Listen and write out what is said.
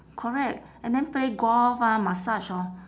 correct and then play golf ah massage orh